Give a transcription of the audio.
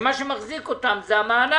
שמה שמחזיק אותם זה המענק.